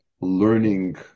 learning